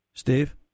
Steve